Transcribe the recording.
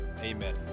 Amen